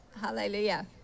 Hallelujah